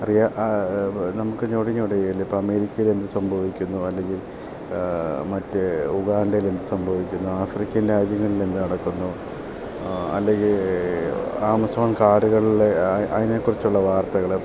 അറിയ നമുക്ക് ഞൊടിഞൊടിയിടയിൽ ഇപ്പം അമേരിക്കേൽ എന്ത് സംഭവിക്കുന്നു അല്ലെങ്കിൽ മറ്റേ ഉഗാഡേൽ എന്ത് സംഭവിക്കുന്നു ആഫ്രിക്കൻ രാജ്യങ്ങളിൽ എന്ത് നടക്കുന്നു അല്ലെങ്കിൽ ആമസോൺ കാടുകളിലെ അയ് അയിനെക്കുറിച്ചുള്ള വാർത്തകൾ